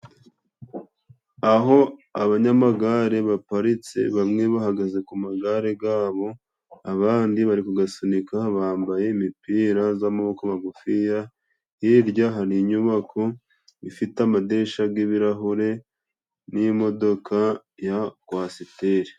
Aho abanyamagare baparitse, bamwe bahagaze ku magare yabo, abandi bari kuyasunika bambaye imipira y'amaboko magufi, hirya hari inyubako ifite amadirishya y'ibirahure, n'imodoka ya kwasiteri.